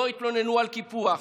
לא התלוננו על קיפוח,